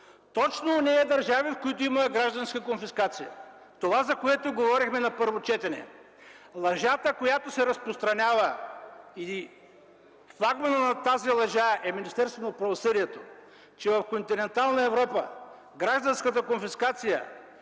Точно онези държави, в които има гражданска конфискация. Това, за което говорихме на първо четене. Лъжата, която се разпространява от Министерството на правосъдието, че в континентална Европа гражданската конфискация